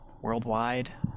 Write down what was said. worldwide